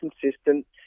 consistent